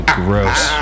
gross